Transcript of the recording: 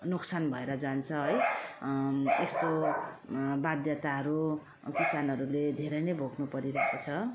नोक्सान भएर जान्छ है त्यस्तो बाध्यताहरू किसानहरूले धेरै नै भोग्नु परिरहेको छ